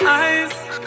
eyes